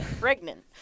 Pregnant